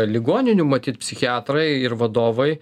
ligoninių matyt psichiatrai ir vadovai